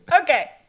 Okay